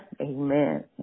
amen